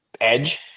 edge